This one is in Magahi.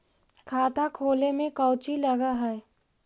खाता खोले में कौचि लग है?